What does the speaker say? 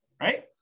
right